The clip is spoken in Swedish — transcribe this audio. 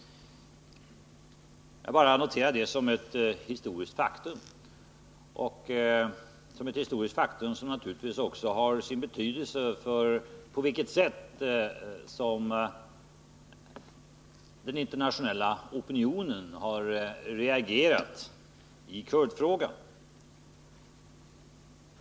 Jag bara noterade detta som ett historiskt faktum, ett historiskt faktum som naturligtvis också har sin betydelse för det sätt på vilket den internationella opinionen har reagerat i kurdfrågan.